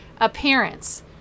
appearance